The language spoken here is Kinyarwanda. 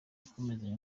yakomeje